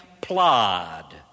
plod